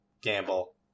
gamble